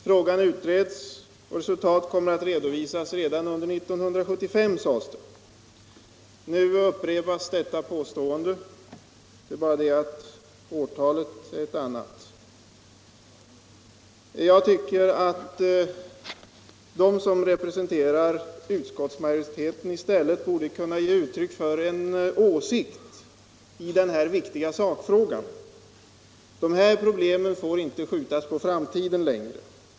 Frågan utreds, och resultaten kommer att redovisas redan under 1975, sades det. Nu upprepas detta tal. Det är bara det att årtalet är ett annat. Jag tycker att de som representerar utskottsmajoriteten i stället borde kunna ge uttryck för en åsikt i denna viktiga sakfråga. Dessa problem får inte längre skjutas på framtiden.